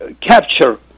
capture